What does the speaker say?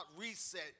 reset